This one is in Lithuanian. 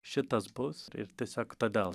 šitas bus ir tiesiog todėl